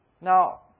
Now